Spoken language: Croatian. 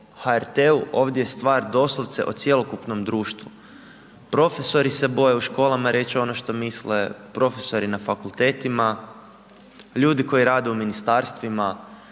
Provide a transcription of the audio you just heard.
HRT-u, ovdje je stvar doslovce o cjelokupnom društvu. Profesori se boje u školama reći ono što misle, profesori na fakultetima, ljudi koji rade u Ministarstvima,